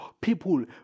people